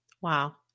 Wow